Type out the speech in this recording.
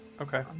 Okay